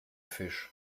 fisch